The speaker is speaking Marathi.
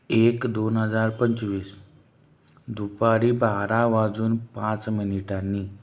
एक दोन हजार पंचवीस दुपारी बारा वाजून पाच मिनिटांनी